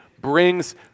brings